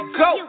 go